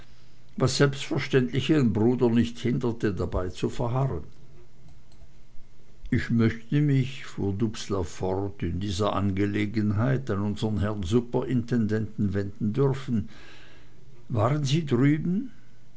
was selbstverständlich ihren bruder nicht hinderte dabei zu verharren ich möchte mich fuhr dubslav fort in dieser angelegenheit an unsern herrn superintendenten wenden dürfen waren sie drüben